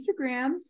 Instagrams